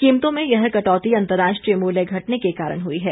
कीमतों में यह कटौती अंतरराष्ट्रीय मूल्य घटने के कारण हुई है